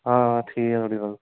हां ठीक ऐ थुआढ़ी गल्ल